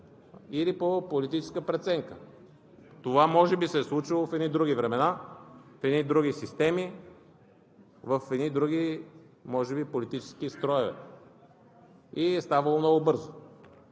или по политическа преценка. Това може би се е случвало в едни други времена, в други системи, в други може би политически строеве и е ставало много бързо.